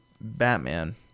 Batman